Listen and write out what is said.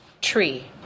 tree